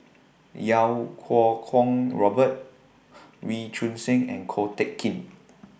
Iau Kuo Kwong Robert Wee Choon Seng and Ko Teck Kin